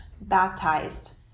baptized